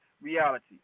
reality